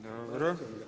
Dobro.